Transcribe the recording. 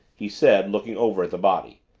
he said, looking over at the body.